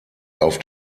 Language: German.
auf